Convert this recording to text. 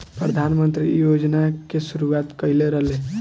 प्रधानमंत्री इ योजना के शुरुआत कईले रलें